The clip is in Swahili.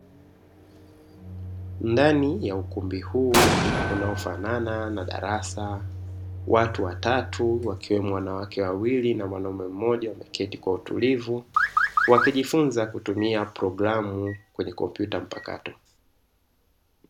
Ndani ya ukumbi huu unaofanana na darasa, watu watatu wakiwemo wanawake wawili na mwanaume mmoja wameketi kwa utulivu wakijifunza kutumia programu kwenye kompyuta mpakato.